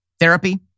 therapy